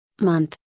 Month